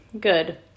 good